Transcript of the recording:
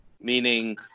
meaning